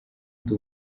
ndi